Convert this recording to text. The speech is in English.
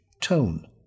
tone